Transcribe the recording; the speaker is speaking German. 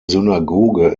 synagoge